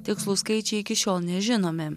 tikslūs skaičiai iki šiol nežinomi